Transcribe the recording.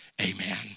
amen